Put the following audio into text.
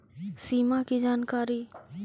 सिमा कि जानकारी?